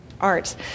art